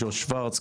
ג'וש שוורץ,